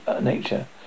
nature